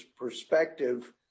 perspective